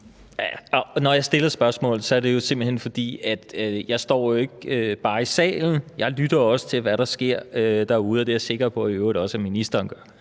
Når jeg stiller spørgsmålet, er det simpelt hen, fordi jeg jo ikke bare står i salen. Jeg lytter også til, hvad der sker derude, og det er jeg i øvrigt sikker på at ministeren også gør;